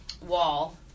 wall